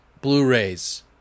Blu-rays